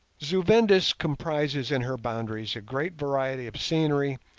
zu-vendis comprises in her boundaries a great variety of scenery,